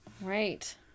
Right